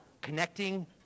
connecting